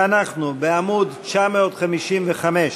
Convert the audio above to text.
ואנחנו בעמוד 955,